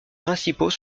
principaux